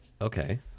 Okay